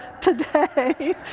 today